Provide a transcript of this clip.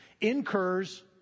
incurs